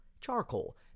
Charcoal